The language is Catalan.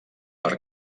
per